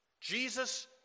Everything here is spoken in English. Jesus